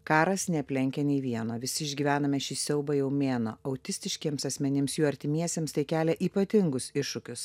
karas neaplenkia nei vieno visi išgyvename šį siaubą jau mėnuo autistiškiems asmenims jų artimiesiems tai kelia ypatingus iššūkius